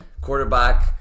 Quarterback